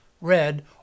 red